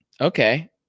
okay